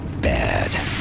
bad